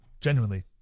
genuinely